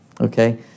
okay